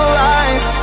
lies